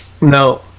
No